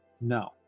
No